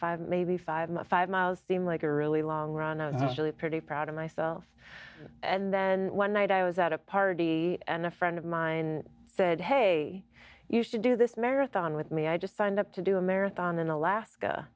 five maybe five five miles the i'm like a really long run and i was really pretty proud of myself and then one night i was at a party and a friend of mine said hey you should do this marathon with me i just signed up to do a marathon in alaska